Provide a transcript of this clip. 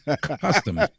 custom